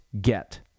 get